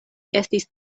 estis